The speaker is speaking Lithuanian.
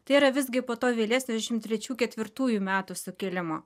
tai yra visgi po to vėlesnio trisdešim trečių ketvirtųjų metų sukilimo